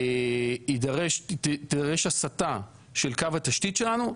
תידרש הסטה של קו התשתית שלנו,